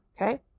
Okay